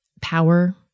power